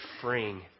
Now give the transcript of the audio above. freeing